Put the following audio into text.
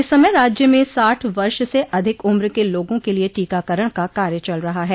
इस समय राज्य में साठ वर्ष से अधिक उम्र के लोगों के लिये टीकाकरण का कार्य चल रहा है